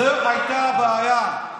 זאת הייתה הבעיה.